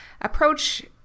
approach